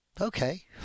Okay